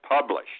published